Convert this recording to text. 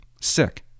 sick